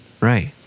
Right